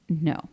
No